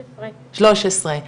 13. 13,